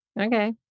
Okay